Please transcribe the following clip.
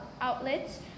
outlets